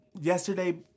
yesterday